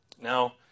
Now